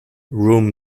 room